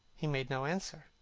he made no answer.